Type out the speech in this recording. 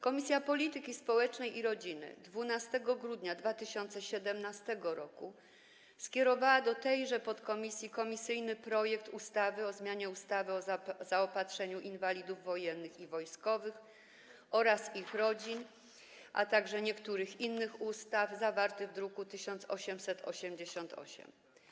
Komisja Polityki Społecznej i Rodziny 12 grudnia 2017 r. skierowała do tejże podkomisji komisyjny projekt ustawy o zmianie ustawy o zaopatrzeniu inwalidów wojennych i wojskowych oraz ich rodzin oraz niektórych innych ustaw zawarty w druku nr 1888.